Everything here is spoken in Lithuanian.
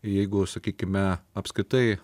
jeigu sakykime apskritai